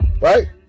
Right